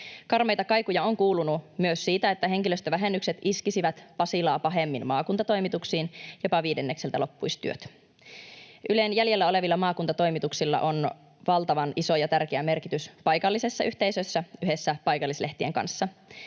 Karmeita kaikuja on kuulunut myös siitä, että henkilöstövähennykset iskisivät Pasilaa pahemmin maakuntatoimituksiin, jopa viidennekseltä loppuisi työt. Ylen jäljellä olevilla maakuntatoimituksilla on valtavan iso ja tärkeä merkitys paikallisessa yhteisössä yhdessä paikallislehtien kanssa.